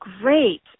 great